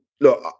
look